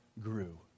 grew